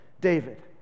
David